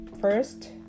First